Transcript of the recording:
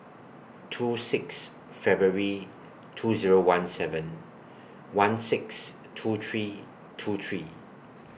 two six February two Zero one seven one six two three two three